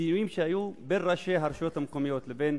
בדיונים שהיו בין ראשי הרשויות המקומיות לבין